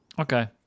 okay